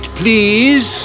please